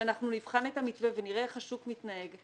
שאנחנו נבחן את המתווה ונראה איך השוק מתנהג,